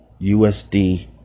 USD